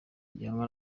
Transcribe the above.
gihanwa